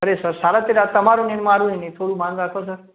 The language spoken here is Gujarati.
અરે સર સાડા તેર આ તમારુંય નહીં ને મારુંય નહીં થોડું માન રાખો સર